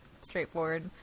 straightforward